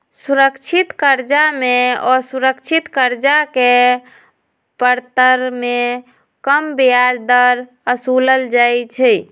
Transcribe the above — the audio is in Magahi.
सुरक्षित करजा में असुरक्षित करजा के परतर में कम ब्याज दर असुलल जाइ छइ